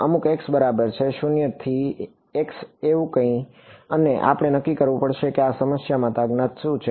અમુક x બરાબર છે 0 થી x એવું કંઈક અને આપણે નક્કી કરવું પડશે કે આ સમસ્યા માટે અજ્ઞાત શું છે